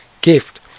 gift